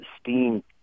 STEAM